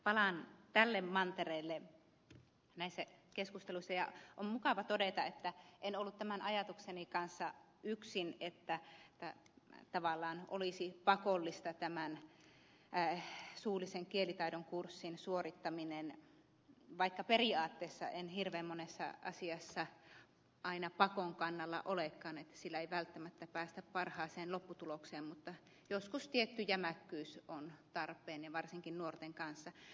palaan tälle mantereelle näissä keskusteluissa ja on mukava todeta että en ollut tämän ajatukseni kanssa yksin että tavallaan olisi pakollista tämän suullisen kielitaidon kurssin suorittaminen vaikka periaatteessa en hirveän monessa asiassa aina pakon kannalla olekaan sillä ei välttämättä päästä parhaaseen lopputulokseen mutta joskus tietty jämäkkyys on tarpeen ja varsinkin nuorten kanssa